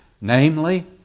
Namely